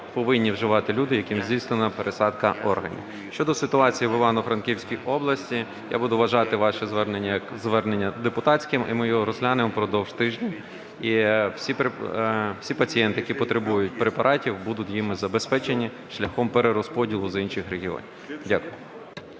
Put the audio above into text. повинні вживати люди, яким здійснена пересадка органів. Щодо ситуації в Івано-Франківській області, я буду вважати ваше звернення як зверненням депутатським, і ми його розглянемо впродовж тижня. Всі пацієнти, які потребують препаратів, будуть ними забезпечені шляхом перерозподілу з інших регіонів. Дякую.